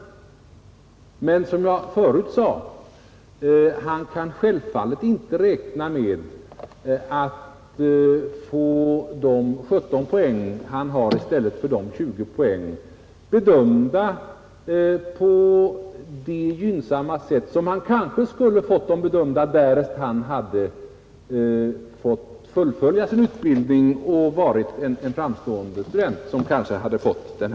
Men han kan självfallet inte räkna med, som jag förut sade, att få de 17 poäng han har i stället för 20 poäng bedömda lika gynnsamt som om han hade fått fullfölja sin utbildning och varit en framstående student, som kanske fått spets.